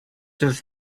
does